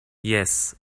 yes